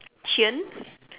chain